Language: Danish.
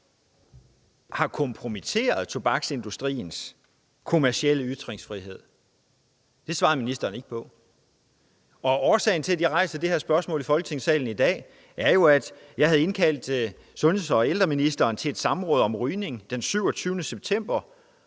har kompromitteret tobaksindustriens kommercielle ytringsfrihed. Det svarede ministeren ikke på. Årsagen til, at jeg rejser det her spørgsmål i Folketingssalen i dag, er jo, at jeg havde indkaldt sundheds- og ældreministeren til et samråd om rygning den 27. september,